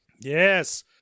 Yes